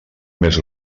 més